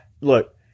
Look